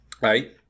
Right